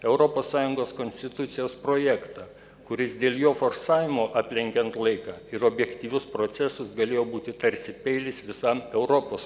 europos sąjungos konstitucijos projektą kuris dėl jo forsavimo aplenkiant laiką ir objektyvius procesus galėjo būti tarsi peilis visam europos